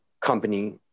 company